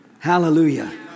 Hallelujah